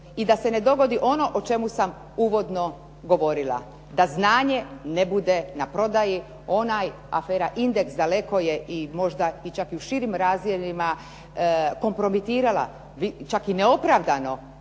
I da se ne dogodi ono o čemu sam uvodno govorila, da znanje ne bude na prodaji. Ona afera "Indeks" daleko je i možda čak i u širim razdjelima kompromitirala, čak i neopravdano